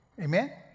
Amen